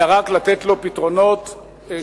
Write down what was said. אלא רק לתת לו פתרונות שטחיים,